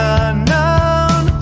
unknown